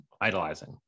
idolizing